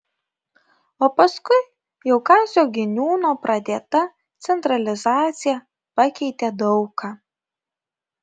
o paskui jau kazio giniūno pradėta centralizacija pakeitė daug ką